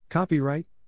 Copyright